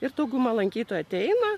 ir dauguma lankytojų ateina